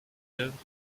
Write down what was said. œuvres